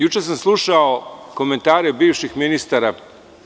Juče sam slušao komentare bivših ministara.